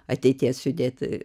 ateities judėti